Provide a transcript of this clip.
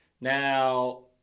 Now